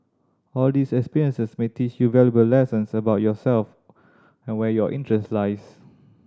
all these experiences may teach you valuable lessons about yourself and where your interest lies